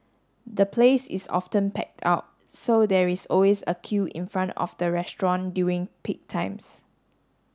the place is often packed out so there is always a queue in front of the restaurant during peak times